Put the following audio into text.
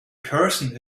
person